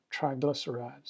triglycerides